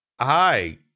hi